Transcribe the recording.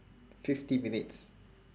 fifty minutes